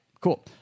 Cool